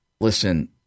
Listen